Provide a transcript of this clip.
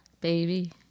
baby